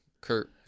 Kurt